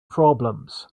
problems